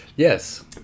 Yes